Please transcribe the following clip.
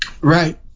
Right